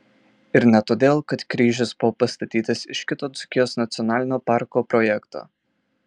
ir ne todėl kad kryžius buvo pastatytas iš kito dzūkijos nacionalinio parko projekto